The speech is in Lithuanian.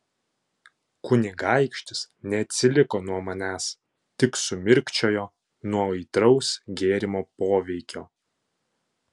kunigaikštis neatsiliko nuo manęs tik sumirkčiojo nuo aitraus gėrimo poveikio